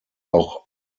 auch